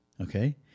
Okay